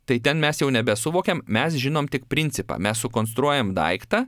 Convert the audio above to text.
tai ten mes jau nebesuvokiam mes žinom tik principą mes sukonstruojam daiktą